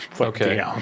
Okay